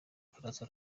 bufaransa